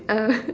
uh